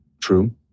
True